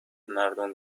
مردمو